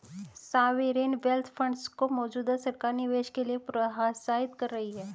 sovereign wealth funds को मौजूदा सरकार निवेश के लिए प्रोत्साहित कर रही है